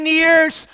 years